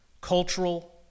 cultural